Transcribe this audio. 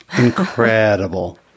Incredible